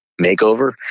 makeover